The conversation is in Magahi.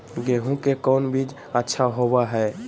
गेंहू के कौन बीज अच्छा होबो हाय?